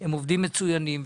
הם עובדים מצוינים.